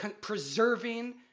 preserving